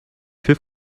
fait